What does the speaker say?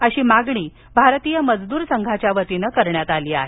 अशी मागणी भारतीय मजदूर संघाच्या वतीने करण्यात आली आहे